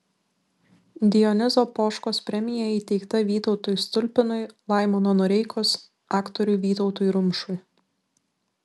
dionizo poškos premija įteikta vytautui stulpinui laimono noreikos aktoriui vytautui rumšui